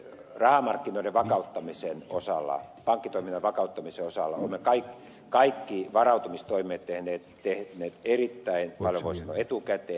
rahamarkkinoiden pankkitoiminnan vakauttamisen osalta olemme kaikki varautumistoimet tehneet erittäin paljon etukäteen